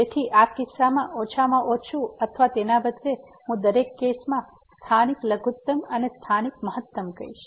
તેથી આ કિસ્સામાં ઓછામાં ઓછું અથવા તેના બદલે હું દરેક કેસમાં સ્થાનિક લઘુત્તમ અથવા સ્થાનિક મહત્તમ કહીશ